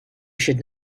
should